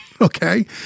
okay